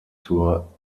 zur